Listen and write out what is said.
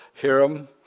Hiram